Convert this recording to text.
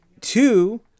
two